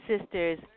Sisters